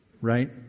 right